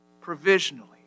provisionally